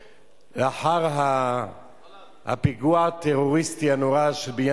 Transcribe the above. אתה מזדהה עם פעולות טרור ולכן אפשר להעמיד אותך